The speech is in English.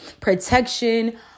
protection